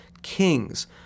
kings